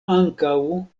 ankaŭ